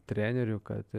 trenerių kad